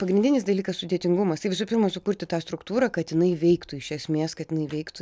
pagrindinis dalykas sudėtingumas tai visų pirma sukurti tą struktūrą kad jinai veiktų iš esmės kad jinai veiktų